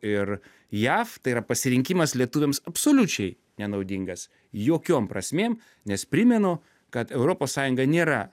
ir jav tai yra pasirinkimas lietuviams absoliučiai nenaudingas jokiom prasmėm nes primenu kad europos sąjunga nėra